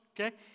Okay